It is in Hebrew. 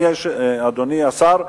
אדוני השר,